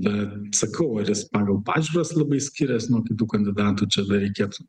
bet sakau ar jis pagal pažiūras labai skirias nuo kitų kandidatų čia dar reikėtų